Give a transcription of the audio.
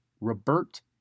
Robert